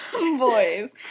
boys